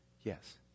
Yes